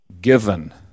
given